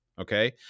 Okay